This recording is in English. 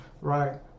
right